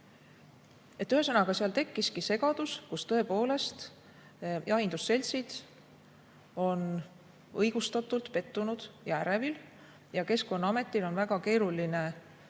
Ühesõnaga, seal tekkiski segadus, kus tõepoolest jahindusseltsid on õigustatult pettunud ja ärevil. Keskkonnaametil on väga keeruline otsuseid